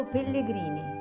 Pellegrini